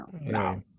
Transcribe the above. No